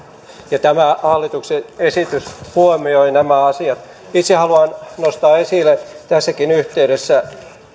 ja tämä hallituksen esitys huomioi nämä asiat itse haluan nostaa esille tässäkin yhteydessä tärkeän